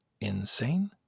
insane